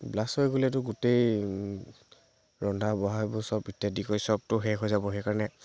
blast হৈ গ'লেতো গোটেই ৰন্ধা বঢ়া এইবোৰ চব ইত্য়াদি কৰি চবতো শেষ হৈ যাব সেই কাৰণে